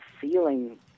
feeling